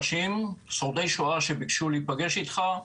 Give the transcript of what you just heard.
אנשים שורדי שואה שביקשו להיפגש איתך,